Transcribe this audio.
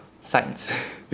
science